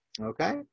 Okay